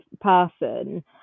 person